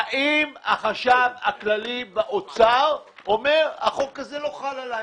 האם החשב הכללי באוצר אומר שהחוק הזה לא חל עליו?